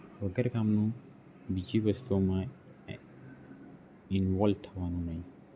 વગેરે કામનું બીજી વસ્તુઓમાં ઇનવોલ્વ થવાનું નહીં